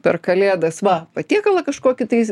per kalėdas va patiekalą kažkokį tai